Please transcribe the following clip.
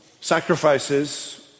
sacrifices